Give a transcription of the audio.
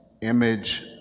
Image